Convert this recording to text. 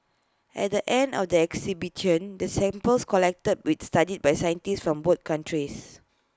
at the end of the expedition the samples collected with studied by scientists from both countries